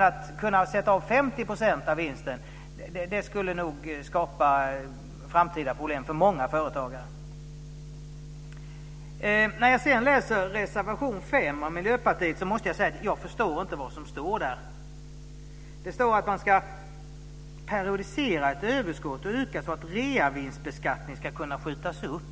Att kunna sätta av 50 % av vinsten skulle nog kunna skapa framtida problem för många företagare. När jag sedan läser reservation 5 av Miljöpartiet så måste jag säga att jag inte förstår vad som står där! Det står att man ska periodisera ett överskott och öka det hela så att reavinstbeskattning ska kunna skjutas upp.